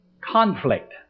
conflict